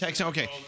Okay